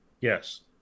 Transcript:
yes